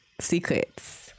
secrets